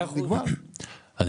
אני